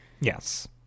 yes